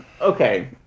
okay